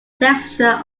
texture